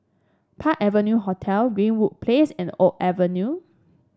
Park Avenue Hotel Greenwood Place and Oak Avenue